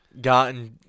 gotten